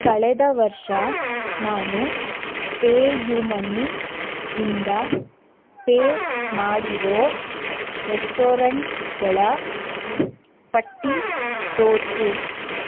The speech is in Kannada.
ಕಳೆದ ವರ್ಷ ನಾನು ಪೇಯುಮನಿ ಇಂದ ಪೇ ಮಾಡಿರೋ ರೆಸ್ಟೋರೆಂಟ್ಗಳ ಪಟ್ಟಿ ತೋರಿಸು